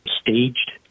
staged